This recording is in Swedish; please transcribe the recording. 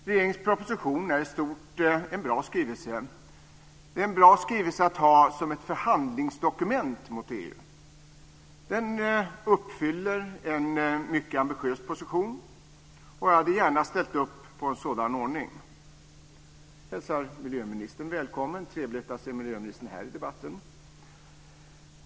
Regeringens proposition är i stort en bra skrivelse - att ha som ett förhandlingsdokument mot EU. Den uppfyller en mycket ambitiös position, och jag hade gärna ställt upp på en sådan ordning. Jag hälsar miljöministern välkommen. Det är trevligt att se miljöministern här i debatten.